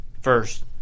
first